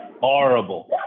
horrible